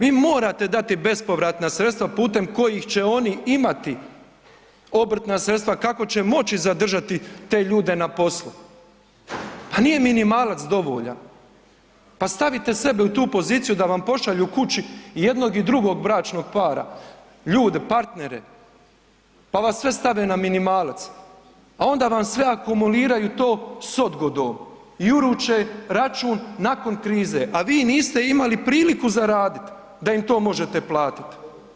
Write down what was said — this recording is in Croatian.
Vi morate dati bespovratna sredstva putem kojih će oni imati obrtna sredstva kako će moći zadržati te ljude na poslu, pa nije minimalac dovoljan, pa stavite sebe u tu poziciju da vam pošalju kući i jednog i drugog bračnog para, ljude partnere, pa vas sve stave na minimalac, a onda vam sve akumuliraju to s odgodom i uruče račun nakon krize, a vi niste imali priliku zaradit da im to možete platit.